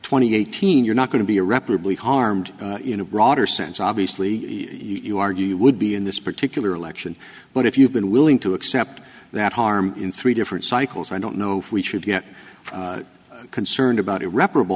twenty eighteen you're not going to be irreparably harmed in a broader sense obviously you are you would be in this particular election but if you've been willing to accept that harm in three different cycles i don't know if we should get concerned about irreparable